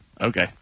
Okay